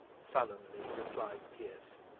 sullenly replied pierce,